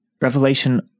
revelation